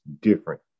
different